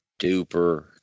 duper